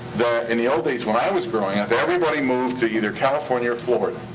in the old days when i was growing up, everybody moved to either california or florida.